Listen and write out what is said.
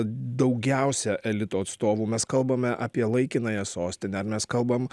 daugiausia elito atstovų mes kalbame apie laikinąją sostinę ar mes kalbam